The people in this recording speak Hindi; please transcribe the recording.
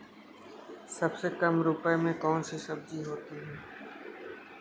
सबसे कम रुपये में कौन सी सब्जी होती है?